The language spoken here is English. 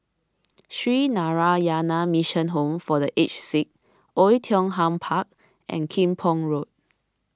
Sree Narayana Mission Home for the Aged Sick Oei Tiong Ham Park and Kim Pong Road